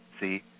see